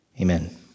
Amen